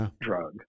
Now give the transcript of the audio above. drug